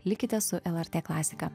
likite su lrt klasika